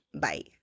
Bye